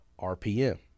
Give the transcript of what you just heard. RPM